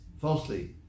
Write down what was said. Falsely